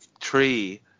tree